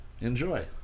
Enjoy